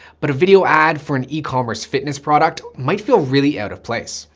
but a video ad for an ecommerce fitness product might feel really out of place.